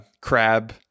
crab